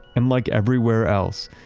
and like everywhere else,